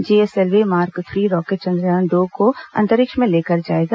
GSLV mark three rocket Chandrayaan दो को अंतरिक्ष में लेकर जाएगा